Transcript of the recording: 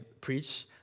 preach